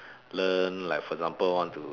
learn like for example want to